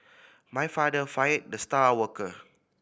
my father fired the star worker